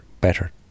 better